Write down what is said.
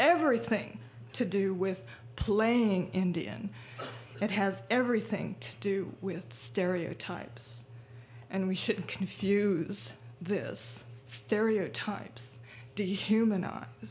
everything to do with playing indian it has everything to do with stereotypes and we shouldn't confuse this stereotypes do you human